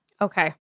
okay